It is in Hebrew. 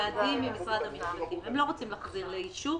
ועדי ליברוס ממשרד המשפטים הם לא רוצים להחזיר לאישור,